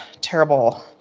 terrible